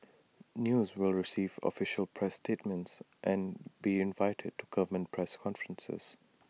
news will receive official press statements and be invited to government press conferences